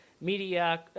media